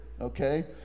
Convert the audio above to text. okay